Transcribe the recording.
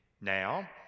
Now